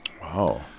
Wow